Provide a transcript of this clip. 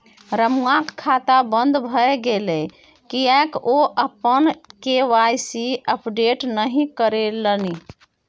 रमुआक खाता बन्द भए गेलै किएक ओ अपन के.वाई.सी अपडेट नहि करेलनि?